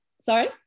Sorry